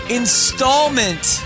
installment